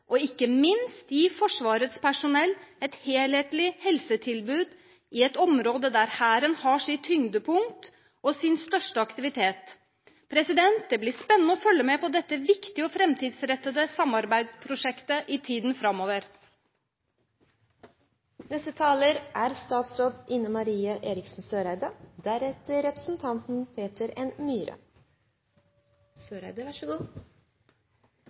og ikke minst gi Forsvarets personell et helhetlig helsetilbud i et område der Hæren har sitt tyngdepunkt og sin største aktivitet. Det blir spennende å følge med på dette viktige og framtidsrettede samarbeidsprosjektet i tiden framover.